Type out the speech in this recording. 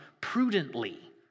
prudently